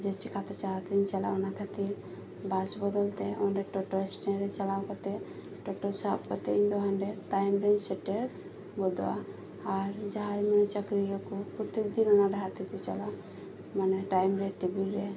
ᱡᱮ ᱪᱤᱠᱟᱛᱮᱧ ᱪᱟᱞᱟᱜᱼᱟ ᱚᱱᱟ ᱠᱷᱟᱛᱤᱨ ᱵᱟᱥ ᱵᱚᱫᱚᱞ ᱛᱮ ᱚᱸᱰᱮ ᱴᱳᱴᱳ ᱥᱴᱮᱱ ᱨᱮ ᱪᱟᱞᱟᱣ ᱠᱟᱛᱮᱜ ᱴᱳᱴᱳ ᱥᱟᱵ ᱠᱟᱛᱮᱜ ᱤᱧ ᱫᱚ ᱚᱸᱰᱮ ᱴᱟᱭᱤᱢ ᱨᱮᱧ ᱥᱮᱴᱮᱨ ᱞᱮᱫᱟ ᱟᱨ ᱡᱟᱦᱟᱸᱭ ᱪᱟᱠᱨᱤᱭᱟᱠᱚ ᱩᱝᱠᱩ ᱚᱱᱟ ᱰᱟᱦᱟᱨ ᱛᱮᱠᱚ ᱪᱟᱞᱟᱜᱼᱟ ᱢᱟᱱᱮ ᱴᱟᱭᱤᱢ ᱨᱮ ᱴᱮᱵᱤᱞ ᱨᱮ